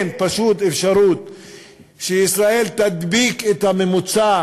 פשוט אין אפשרות שישראל תדביק את הממוצע